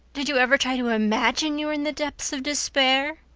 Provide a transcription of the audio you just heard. did you ever try to imagine you were in the depths of despair?